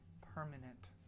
permanent